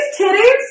titties